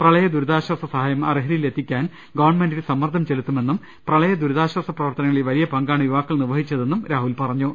പ്രളയദുരിതാശ്വാസ സഹായം അർഹരിൽ എത്തിക്കാൻ ഗവൺമെന്റിൽ സമ്മർദ്ദം ചെല്ലുത്തുമെന്നും പ്രളയദുരിതാശ്വാസ പ്രവർത്തനങ്ങളിൽ വലിയ പങ്കാണ് യുവാക്കൾ നിർവഹിച്ചതെന്നും രാഹുൽ പറഞ്ഞു